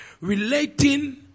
relating